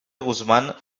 guzmán